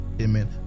amen